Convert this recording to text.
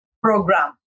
program